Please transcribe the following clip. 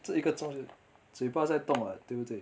这一个钟嘴巴在动 [what] 对不对